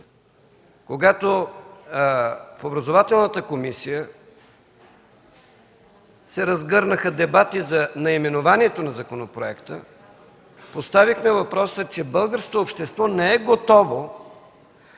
когато в Образователната комисия се разгърнаха дебати за наименованието на законопроекта, поставихме въпроса, че българското общество не е готово